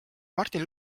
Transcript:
martin